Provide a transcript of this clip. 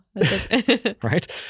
Right